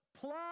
plus